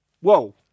Whoa